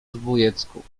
zbójecku